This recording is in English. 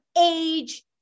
age